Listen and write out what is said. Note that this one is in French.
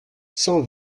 cent